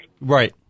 Right